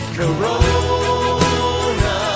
corona